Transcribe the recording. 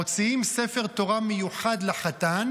מוציאים ספר תורה מיוחד לחתן,